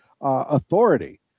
authority